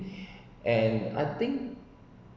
and I think